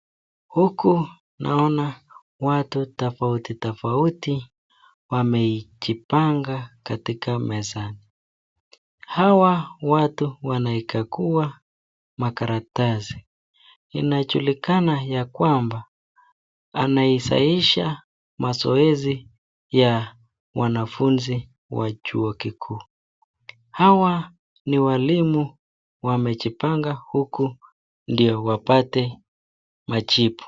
Huku naona watu tofautitofauti wamejipanga katika meza, hawa watu wainakagua makaratasi inajulikana yakwamba wanaisayisha mazoezi ya wanafunzi wa chuo kikuu. Hawa ni walimu wamejipanga huku ndio wapate majibu